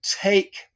take